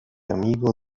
amigo